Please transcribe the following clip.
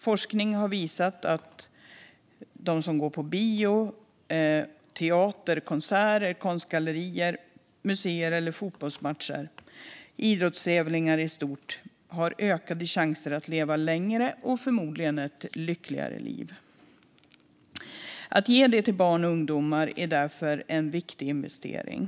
Forskning har visat att de som går på bio, teater, konserter, konstgallerier, museer, fotbollsmatcher eller idrottstävlingar har ökade chanser att leva ett längre och förmodligen lyckligare liv. Att ge kulturupplevelser till barn och ungdomar är därför en viktig investering.